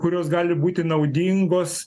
kurios gali būti naudingos